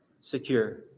secure